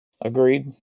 Agreed